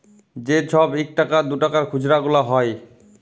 যে ছব ইকটাকা দুটাকার খুচরা গুলা হ্যয়